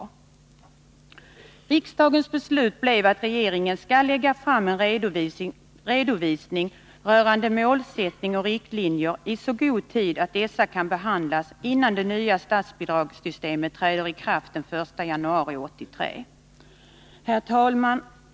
Riksdagens beslut blev att regeringen skall lägga fram en redovisning rörande målsättning och riktlinjer i så god tid att denna kan behandlas innan det nya statsbidragssystemet träder i kraft den 1 januari 1983. Herr talman!